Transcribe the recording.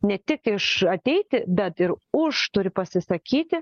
ne tik iš ateiti bet ir už turi pasisakyti